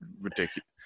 ridiculous